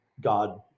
God